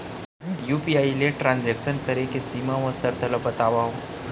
UPI ले transaction करे के सीमा व शर्त ला बतावव?